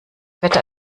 wetter